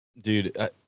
Dude